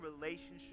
relationship